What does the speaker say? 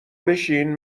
بشین